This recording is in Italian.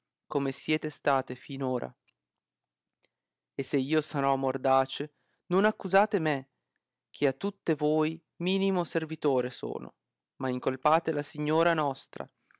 come siete state fin ora e se io sarò mordace non accusate me che a tutte voi minimo servitore sono ma incolpate la signora nostra